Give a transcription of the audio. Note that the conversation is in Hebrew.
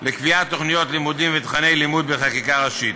לקביעת תוכניות לימודים ותוכני לימוד בחקיקה ראשית.